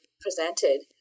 presented